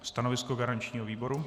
Stanovisko garančního výboru?